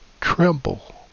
tremble